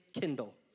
kindle